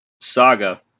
saga